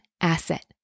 asset